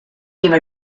give